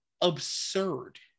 absurd